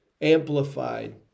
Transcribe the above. amplified